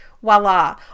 voila